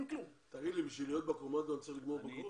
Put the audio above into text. כדי להיות בקומנדו, צריך לסיים בגרות?